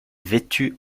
vêtu